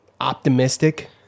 optimistic